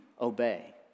obey